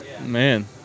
Man